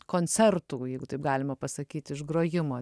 koncertų jeigu taip galima pasakyt iš grojimo